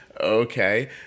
okay